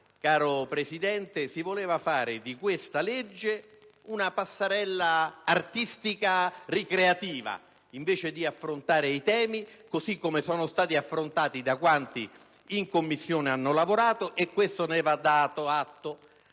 signor Presidente, si voleva fare di questa legge una passerella artistico-ricreativa, invece di affrontare i temi così come sono stati affrontati da quanti in Commissione, come il relatore Calabrò, vi hanno